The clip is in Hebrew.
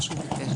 מה שהוא ביקש.